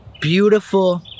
beautiful